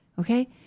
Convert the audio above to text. okay